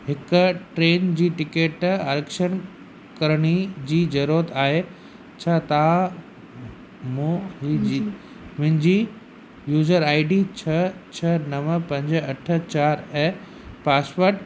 हिकु ट्रेन जी टिकट आरक्षण करण जी ज़रूरत आहे छा तव्हां मुंहिंजी मुंहिंजी यूजर आई डी छह छह नव पंज अठ चारि ऐं पासवर्ड